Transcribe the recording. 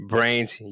Brains